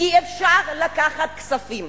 כי אפשר לקחת כספים,